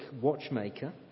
watchmaker